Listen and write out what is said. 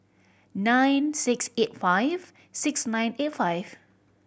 nine six eight five six nine eight five